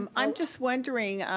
um i'm just wondering,